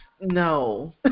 No